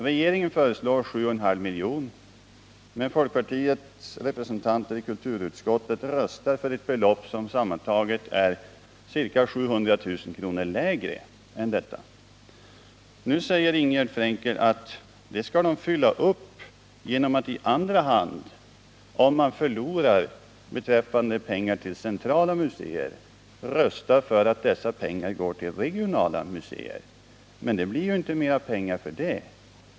Regeringen föreslår 7,5 milj.kr., men folkpartiets representanter i kulturutskottet röstar för ett belopp som sammantaget är ca 700 000 kr. lägre än detta. Nu säger Ingegärd Frankel att de skall fylla på genom att i andra hand, om de förlorar beträffande pengar till centrala museer, rösta för att dessa pengar skall gå till regionala museer. Men det blir ju inte mera pengar för det.